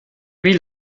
wie